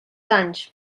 danys